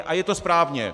A je to správně.